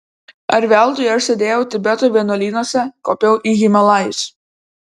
ar veltui aš sėdėjau tibeto vienuolynuose kopiau į himalajus